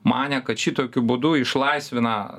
manė kad šitokiu būdu išlaisvina